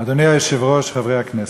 אדוני היושב-ראש, חברי הכנסת,